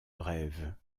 rêve